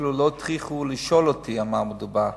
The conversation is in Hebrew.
אפילו לא טרחו לשאול אותי על מה מדובר.